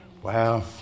Wow